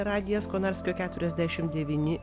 radijas konarskio keturiasdešim devyni